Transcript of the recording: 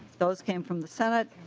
those came from the senate.